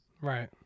right